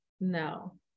no